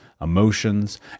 emotions